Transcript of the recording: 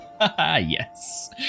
Yes